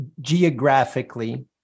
geographically